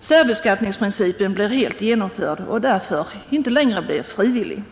särbeskattningsprincipen är helt genomförd och särbeskattningen alltså ej längre frivillig.